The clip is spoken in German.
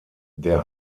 der